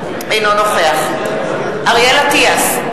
אינו נוכח אריאל אטיאס,